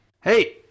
Hey